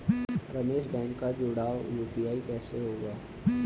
Ramesh bank का जुड़ाव UPI से कैसे होगा?